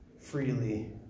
Freely